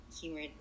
humor